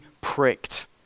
pricked